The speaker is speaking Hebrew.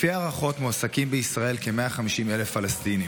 לפי הערכות, מועסקים בישראל כ-150,000 פלסטינים.